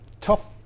tough